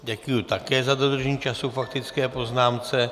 Děkuji také za dodržení času k faktické poznámce.